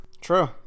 True